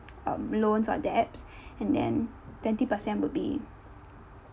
um loans or debts and then twenty percent would be